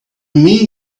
mean